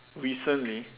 recently